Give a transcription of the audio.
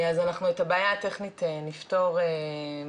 אז אנחנו את הבעיה הטכנית נפתור מיד.